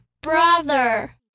Brother